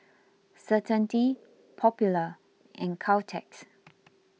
Certainty Popular and Caltex